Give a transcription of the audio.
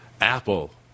Apple